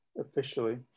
officially